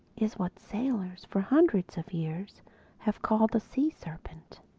is what sailors for hundreds of years have called the sea-serpent.